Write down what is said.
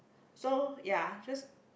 so ya just